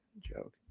joke